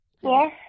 Yes